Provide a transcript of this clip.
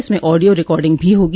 इसमें audio recording भी होगी